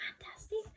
Fantastic